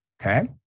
okay